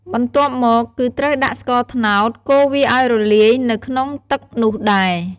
បន្ទាប់មក គឺត្រូវដាក់ស្ករត្នោត កូរវាឱ្យរលាយនៅក្នុងទឹកនោះដែរ។